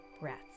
breaths